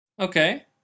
Okay